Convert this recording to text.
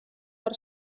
per